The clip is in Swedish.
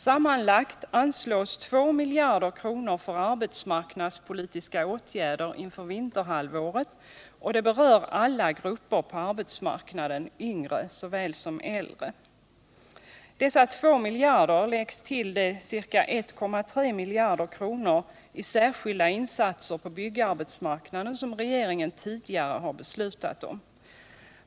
Sammanlagt anslås 2 miljarder kronor för arbetsmarknadspolitiska åtgärder inför vinterhalvåret, och de berör alla grupper på arbetsmarknaden — yngre såväl som äldre. Dessa 2 miljarder läggs till de ca 1,3 miljarder kronor i särskilda insatser på byggarbetsmarknaden som regeringen tidigare har beslutat om.